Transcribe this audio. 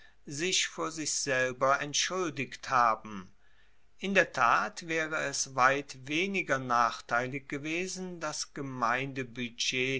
sich vor sich selber entschuldigt haben in der tat waere es weit weniger nachteilig gewesen das